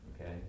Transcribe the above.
okay